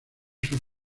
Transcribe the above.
sus